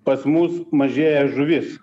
pas mus mažėja žuvis